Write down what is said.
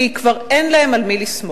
כי כבר אין להם על מי לסמוך.